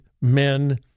men